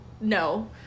No